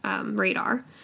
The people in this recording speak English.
radar